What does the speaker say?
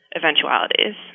eventualities